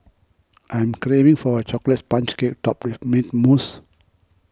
I'm craving for a Chocolate Sponge Cake Topped with Mint Mousse